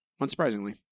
Unsurprisingly